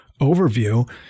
overview